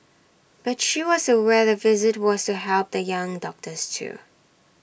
but she was aware the visit was to help the young doctors too